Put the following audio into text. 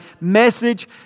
message